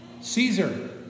Caesar